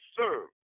serve